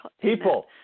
people